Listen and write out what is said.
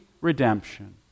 redemption